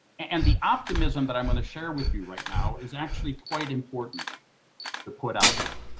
and the optimism that i'm going to share with you right now is actually quite important to put out there.